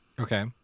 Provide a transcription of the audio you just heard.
Okay